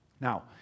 Now